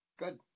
Good